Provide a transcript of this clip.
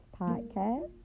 Podcast